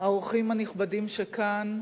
האורחים הנכבדים שכאן,